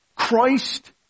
Christ